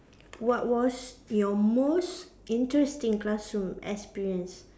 what was your most interesting classroom experience